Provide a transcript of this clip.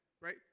Right